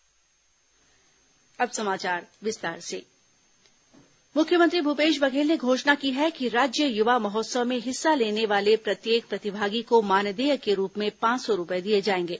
युवा महोत्सव समापन मुख्यमंत्री भूपेश बघेल ने घोषणा की है कि राज्य युवा महोत्सव में हिस्सा लेने वाले प्रत्येक प्रतिभागी को मानदेय के रूप में पांच सौ रूपए दिए जाएंगे